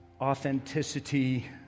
authenticity